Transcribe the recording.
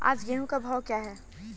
आज गेहूँ का भाव क्या है?